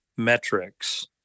metrics